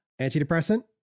Antidepressant